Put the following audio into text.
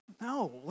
No